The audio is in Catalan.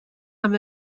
amb